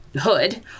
hood